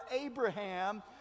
Abraham